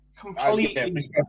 completely